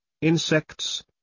insects